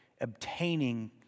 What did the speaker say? obtaining